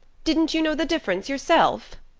didn't you know the difference yourself?